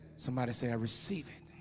somebody said i receive it